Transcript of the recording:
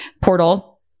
portal